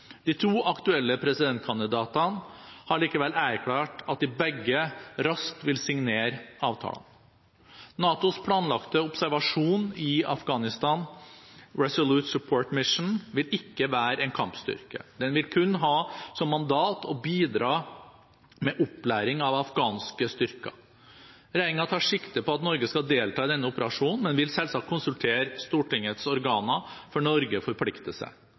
De to aktuelle presidentkandidatene har likevel erklært at de begge raskt vil signere avtalene. NATOs planlagte operasjon i Afghanistan, Resolute Support Mission, vil ikke være en kampstyrke. Den vil kun ha som mandat å bidra med opplæring av afghanske styrker. Regjeringen tar sikte på at Norge skal delta i denne operasjonen, men vil selvsagt konsultere Stortingets organer før Norge forplikter seg.